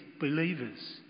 believers